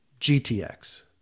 GTX